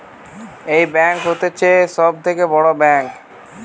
এই ব্যাঙ্ক হতিছে সব থাকে বড় ব্যাঙ্ক